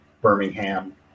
Birmingham